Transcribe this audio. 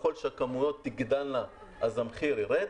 ככל שהכמויות תגדלנה אז המחיר ירד.